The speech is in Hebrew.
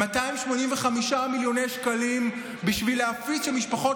285 מיליון שקלים בשביל להפיץ שהמשפחות